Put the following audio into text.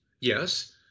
yes